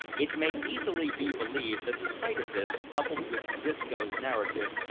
it may easily be believed that the sight of this, coupled with disco's narrative,